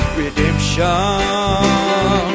redemption